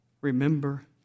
remember